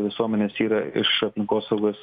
visuomenės yra iš aplinkosaugos